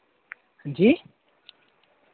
हांजी